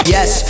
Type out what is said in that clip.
Yes